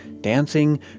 dancing